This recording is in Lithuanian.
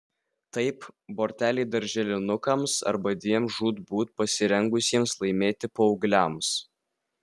taip borteliai darželinukams arba dviem žūtbūt pasirengusiems laimėti paaugliams